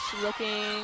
looking